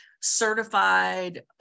certified